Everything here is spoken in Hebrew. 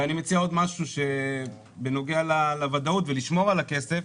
ואני מציע עוד משהו שבנוגע לוודאות ולשמור על הכסף,